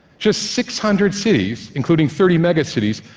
just six hundred cities, including thirty megacities,